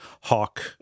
Hawk